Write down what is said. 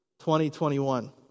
2021